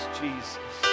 jesus